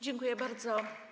Dziękuję bardzo.